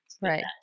right